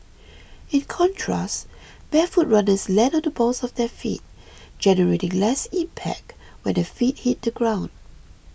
in contrast barefoot runners land on the balls of their feet generating less impact when their feet hit the ground